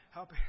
Help